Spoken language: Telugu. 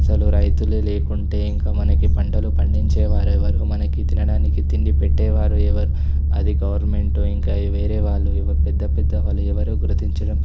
అసలు రైతులే లేకుంటే ఇంక మనకి పంటలు పండించేవారు ఎవరు మనకి తినడానికి తిండి పెట్టేవారు ఎవరు అది గవర్నమెంట్ ఇంక వేరే వాళ్ళు పెద్ద పెద్ద వాళ్ళు ఎవరూ గుర్తించడం